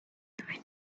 within